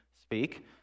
speak